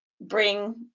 bring